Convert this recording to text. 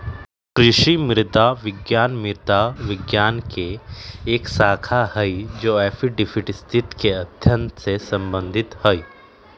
कृषि मृदा विज्ञान मृदा विज्ञान के एक शाखा हई जो एडैफिक स्थिति के अध्ययन से संबंधित हई